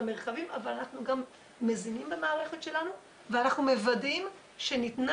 אבל אנחנו גם מזינים את המערכת שלנו ואנחנו מוודאים שניתנה